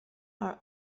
are